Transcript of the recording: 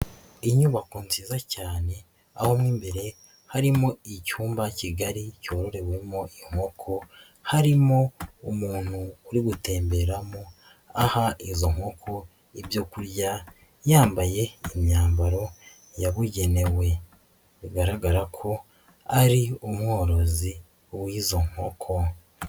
Inyubako nziza cyane aho mu imbere harimo icyumba kigari cyororewemo inkoko, harimo umuntu uri gutemberamo aha izo nkoko ibyo kurya yambaye imyambaro yabugenewe bigaragara ko ari umworozi w'izo nkoko.